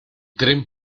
tren